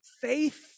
faith